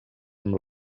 amb